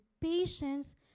patience